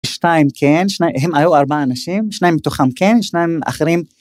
שניים כן, הם היו ארבעה אנשים, שניים מתוכם כן, שניים אחרים.